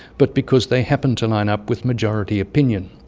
but because they happened to line up with majority opinion.